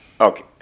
Okay